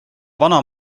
vana